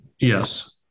Yes